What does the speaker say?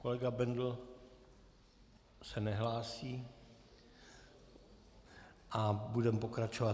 Kolega Bendl se nehlásí a budeme pokračovat.